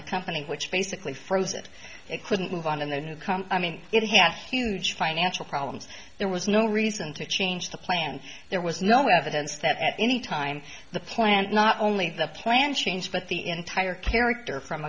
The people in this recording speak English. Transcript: the company which basically froze it it couldn't move on and then you come i mean it has huge financial problems there was no reason to change the plan there was no evidence that at any time the plant not only the plant changed but the entire character from